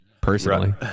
personally